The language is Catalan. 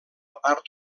part